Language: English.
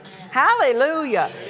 Hallelujah